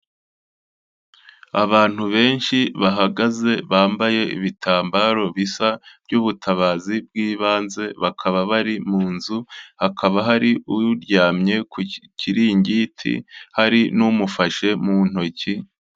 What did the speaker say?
Abantu benshi bahagaze, bambaye ibitambaro bisa by'ubutabazi bw'ibanze, bakaba bari mu nzu, hakaba hari uryamye ku kiringiti, hari n'umufashe mu ntoki.